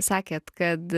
sakėt kad